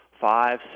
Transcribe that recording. five